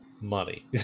money